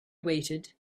waited